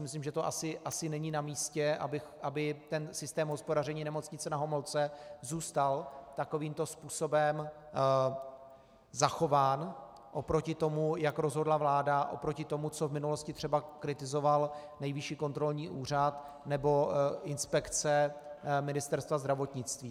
Myslím, že to asi není na místě, aby systém hospodaření Nemocnice Na Homolce zůstal takovýmto způsobem zachován oproti tomu, jak rozhodla vláda, oproti tomu, co v minulosti třeba kritizoval Nejvyšší kontrolní úřad nebo inspekce Ministerstva zdravotnictví.